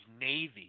Navy